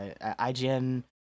IGN